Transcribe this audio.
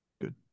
Good